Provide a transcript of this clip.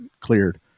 cleared